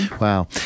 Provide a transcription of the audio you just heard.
Wow